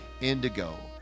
Indigo